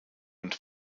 und